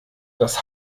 das